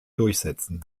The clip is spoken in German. durchsetzen